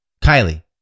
Kylie